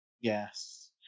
Yes